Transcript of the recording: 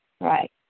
right